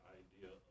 idea